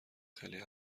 خیلی